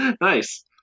Nice